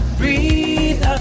breathe